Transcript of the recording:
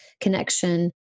connection